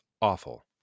awful